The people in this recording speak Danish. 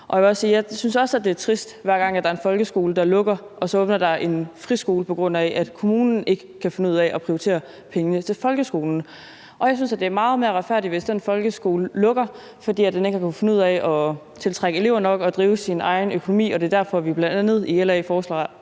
også synes, det er trist, hver gang der en folkeskole, der lukker, og så åbner der en friskole, på grund af at kommunen ikke kan finde ud af at prioritere pengene til folkeskolen. Jeg synes, det er meget mere retfærdigt, hvis den folkeskole lukker, fordi den ikke har kunnet finde ud af at tiltrække elever nok og drive sin egen økonomi. Det er derfor, vi bl.a. i LA foreslår,